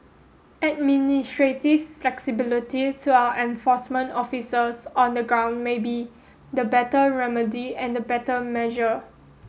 administrative flexibility to our enforcement officers on the ground may be the better remedy and the better measure